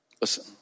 Listen